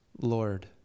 Lord